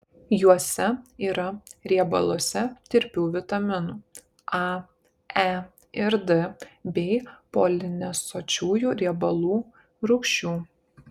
juose yra riebaluose tirpių vitaminų a e ir d bei polinesočiųjų riebalų rūgščių